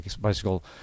Bicycle